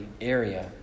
area